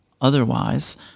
otherwise